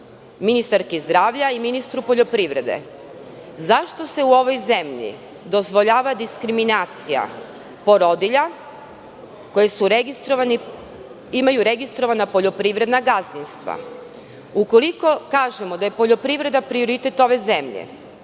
ministarki zdravlja i ministru poljoprivrede – zašto se u ovoj zemlji dozvoljava diskriminacija porodilja koje imaju registrovana poljoprivredna gazdinstva? Ukoliko kažemo da je poljoprivreda prioritet ove zemlje,